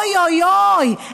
אוי אוי אוי,